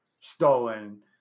stolen